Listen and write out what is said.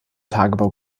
tagebau